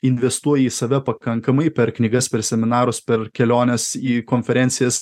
investuoji į save pakankamai per knygas per seminarus per keliones į konferencijas